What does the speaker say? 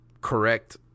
correct